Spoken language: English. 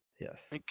Yes